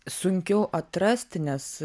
sunkiau atrasti nes